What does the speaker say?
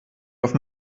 auf